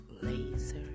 laser